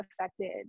affected